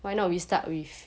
why not we start with